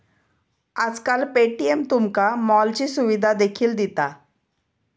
आजकाल पे.टी.एम तुमका मॉलची सुविधा देखील दिता